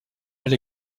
elle